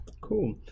cool